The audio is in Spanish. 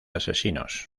asesinos